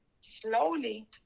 slowly